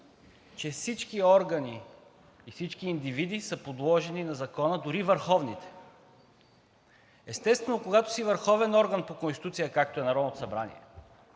че всички органи и всички индивиди са подложени на закона, дори и върховните. Естествено, когато си върховен орган по Конституция, както е Народното събрание,